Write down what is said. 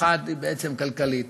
האחת היא בעצם כלכלית,